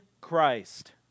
Christ